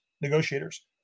negotiators